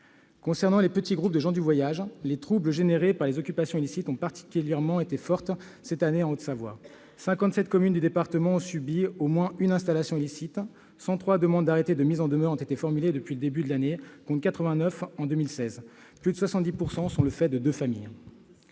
Concernant les petits groupes de gens du voyage, les troubles générés par les occupations illicites ont été particulièrement forts cette année en Haute-Savoie : 57 communes du département en ont subi au moins une et 103 demandes d'arrêtés de mise en demeure ont été formulées depuis le début de l'année, contre 89 en 2016- plus de 70 % sont le fait de deux familles.